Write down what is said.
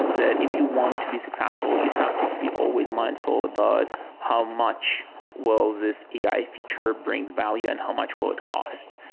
that if you want to be successful, you have to be always mindful about how much will this ai feature brings value and how much will it cost.